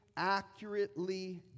accurately